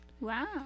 Wow